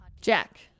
Jack